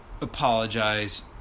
apologize